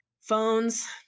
phones